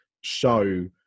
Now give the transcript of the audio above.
show